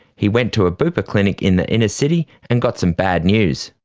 he went to a bupa clinic in the inner-city, and got some bad news.